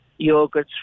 yogurts